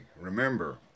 remember